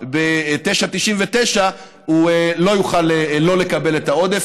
ב-9.99 הוא לא יוכל לא לקבל את העודף,